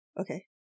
Okay